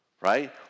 right